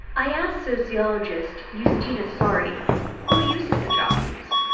i asked sociologist yustina sari who uses jockeys?